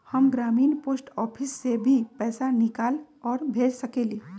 हम ग्रामीण post office से भी पैसा निकाल और भेज सकेली?